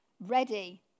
ready